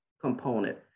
component